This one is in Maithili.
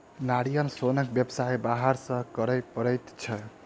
नारियल सोनक व्यवसाय बाहर सॅ करय पड़ैत छै